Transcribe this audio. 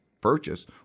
purchase